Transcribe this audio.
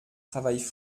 travaillent